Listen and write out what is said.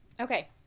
Okay